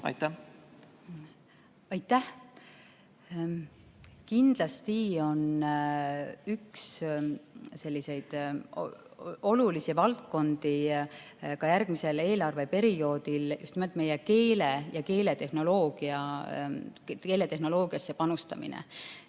Aitäh! Kindlasti on üks olulisi valdkondi ka järgmisel eelarveperioodil just nimelt meie keelde ja keeletehnoloogiasse panustamine.